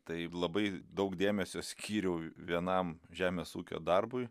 tai labai daug dėmesio skyriau vienam žemės ūkio darbui